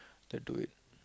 that do it